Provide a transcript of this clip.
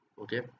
Okay